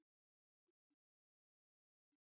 Takk,